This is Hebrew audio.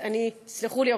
אז תסלחו לי,